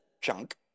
junk